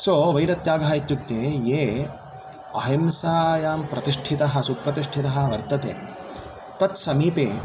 सो वैरत्यागः इत्युक्ते ये अहिंसायां प्रतिष्ठितः सुप्रतिष्ठितः वर्तते तत्समीपे